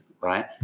right